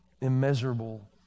immeasurable